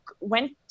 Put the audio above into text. went